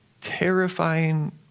terrifying